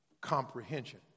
comprehension